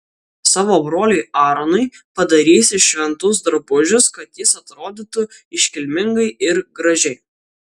savo broliui aaronui padarysi šventus drabužius kad jis atrodytų iškilmingai ir gražiai